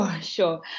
sure